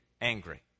angry